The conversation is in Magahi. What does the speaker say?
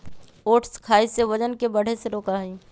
ओट्स खाई से वजन के बढ़े से रोका हई